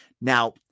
Now